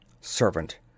Servant